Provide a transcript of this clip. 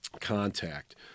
contact